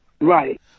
Right